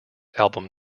album